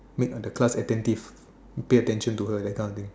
make the class attentive pay attention to her that kinda thing